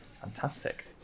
Fantastic